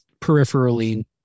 Peripherally